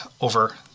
over